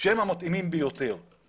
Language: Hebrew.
שהם המתאימים ביותר.